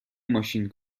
ماشین